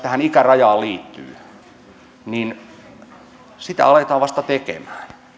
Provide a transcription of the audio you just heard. tähän ikärajaan liittyy aletaan vasta tekemään